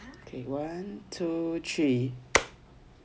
K one two three